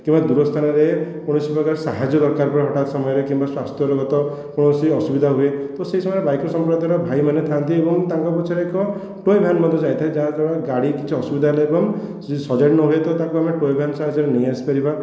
କିମ୍ବା ଦୂର ସ୍ଥାନରେ କୌଣସି ପ୍ରକାର ସାହାଯ୍ୟ ଦରକାର ପଡ଼େ ତା' ସାଙ୍ଗରେ କିମ୍ବା ସ୍ୱାସ୍ଥ୍ୟଗତ କୌଣସି ଅସୁବିଧା ହୁଏ ତ ସେହି ସମୟରେ ବାଇକର୍ସ ସମ୍ପ୍ରଦାୟର ଭାଇମାନେ ଥାଆନ୍ତି ଏବଂ ତାଙ୍କ ପଛରେ ଏକ ଟୋଇଙ୍ଗ ଭ୍ୟାନ ମଧ୍ୟ ଯାଇଥାଏ ଯାହାଦ୍ୱାରା ଗାଡ଼ି କିଛି ଅସୁବିଧା ହେଲେ ଏବଂ ସଜାଡ଼ି ନହୁଏ ତ ତାକୁ ଆମେ ଟୋଇଙ୍ଗ ଭ୍ୟାନ ସାହାଯ୍ୟରେ ନେଇ ଆସିପାରିବା